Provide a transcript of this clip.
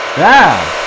wow.